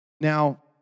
Now